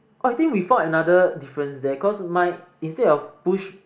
oh I think we found another difference there cause mine instead of push